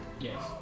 Yes